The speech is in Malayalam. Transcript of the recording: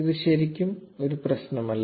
ഇത് ശരിക്കും പ്രശ്നമല്ല